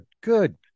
Good